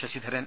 Sasidharan